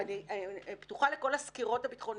ואני פתוחה לכל הסקירות הביטחוניות,